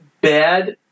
bad